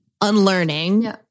unlearning